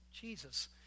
Jesus